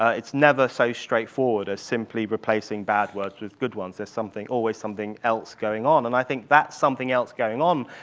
it's never so straightforward as simply replacing bad words with good ones. there's always something else going on, and i think that something else going on,